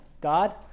God